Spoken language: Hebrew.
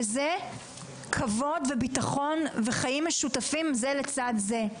וזה כבוד, בטחון וחיים משותפים זה לצד זה.